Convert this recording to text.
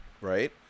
right